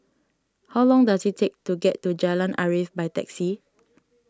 how long does it take to get to Jalan Arif by taxi